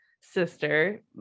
sister